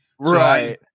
Right